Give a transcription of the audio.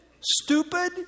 Stupid